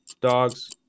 Dogs